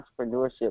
entrepreneurship